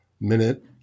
Minute